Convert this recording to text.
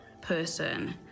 person